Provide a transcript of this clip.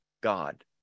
God